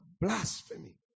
blasphemy